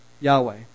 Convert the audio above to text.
Yahweh